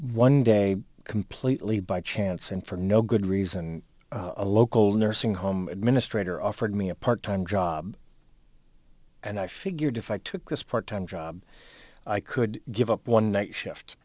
one day completely by chance and for no good reason a local nursing home administrator offered me a part time job and i figured if i took this part time job i could give up one night shift